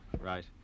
Right